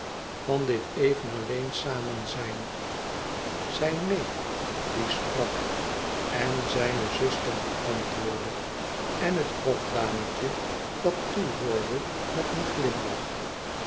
van dit even alleen samen zijn zijn neef die sprak en zijne zuster die antwoordde en het hofdametje dat toehoorde met een glimlach